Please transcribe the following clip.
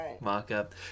mock-up